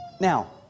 Now